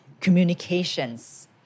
communications